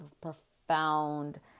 profound